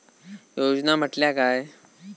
योजना म्हटल्या काय?